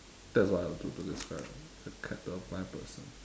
that's what I will do to describe a cat to a blind person